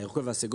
עם הירוק והסגול?